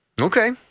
Okay